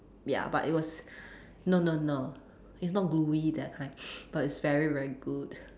ya but it was no no no it's not gluey that kind but it's very very good